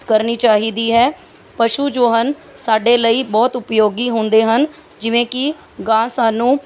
ਕਰਨੀ ਚਾਹੀਦੀ ਹੈ ਪਸ਼ੂ ਜੋ ਹਨ ਸਾਡੇ ਲਈ ਬਹੁਤ ਉਪਯੋਗੀ ਹੁੰਦੇ ਹਨ ਜਿਵੇਂ ਕਿ ਗਾਂ ਸਾਨੂੰ